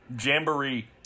Jamboree